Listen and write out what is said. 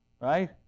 Right